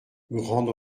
grande